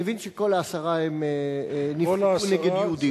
אני מבין שכל העשרה נפתחו נגד יהודים.